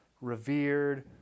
revered